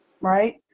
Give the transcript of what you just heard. right